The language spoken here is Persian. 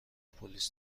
پلیس